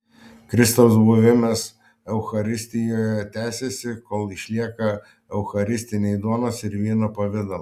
kristaus buvimas eucharistijoje tęsiasi kol išlieka eucharistiniai duonos ir vyno pavidalai